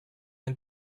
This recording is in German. ein